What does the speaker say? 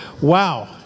Wow